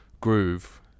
groove